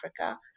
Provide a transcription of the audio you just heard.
Africa